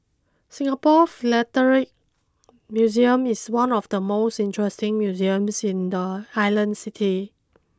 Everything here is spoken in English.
Singapore Philatelic Museum is one of the most interesting museums in the island city